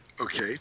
Okay